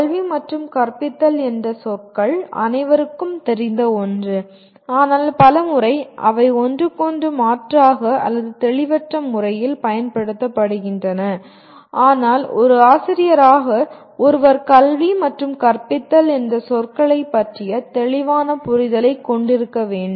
கல்வி மற்றும் கற்பித்தல் என்ற சொற்கள் அனைவருக்கும் தெரிந்த ஒன்று ஆனால் பல முறை அவை ஒன்றுக்கொன்று மாற்றாக அல்லது தெளிவற்ற முறையில் பயன்படுத்தப்படுகின்றன ஆனால் ஒரு ஆசிரியராக ஒருவர் "கல்வி" மற்றும் "கற்பித்தல்" என்ற சொற்களைப் பற்றிய தெளிவான புரிதலைக் கொண்டிருக்க வேண்டும்